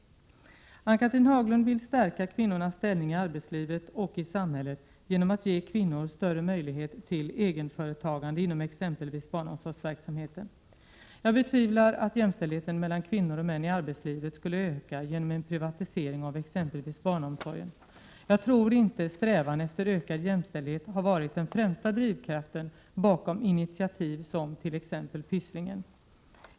Ann-Cathrine Haglund vill stärka kvinnornas ställning i arbetslivet och i samhället genom att ge kvinnor större möjligheter till egenföretagande inom exempelvis barnomsorgsverksamheten. Jag betvivlar att jämställdheten mellan kvinnor och män i arbetslivet skulle öka genom en privatisering av exempelvis barnomsorgen. Jag tror inte strävan efter ökad jämställdhet har varit den främsta drivkraften bakom initiativ som t.ex. Pysslingen!